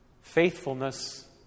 Faithfulness